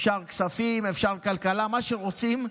אפשר כספים, אפשר כלכלה, מה שרוצים,